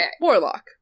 Warlock